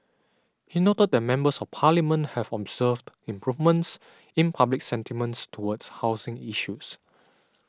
he noted that Members of Parliament have observed improvements in public sentiments towards housing issues